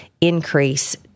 increase